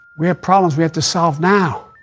we have problems we have to solve now.